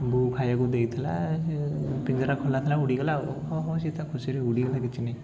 ବୋଉ ଖାଇବାକୁ ଦେଇଥିଲା ସେ ପିଞ୍ଜରା ଖୋଲାଥିଲା ଉଡ଼ିଗଲା ଆଉ ହଁ ହଁ ସେ ତା' ଖୁସିରେ ଉଡ଼ିଗଲା କିଛି ନାଇଁ